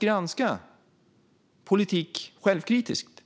granska politik självkritiskt.